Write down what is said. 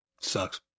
Sucks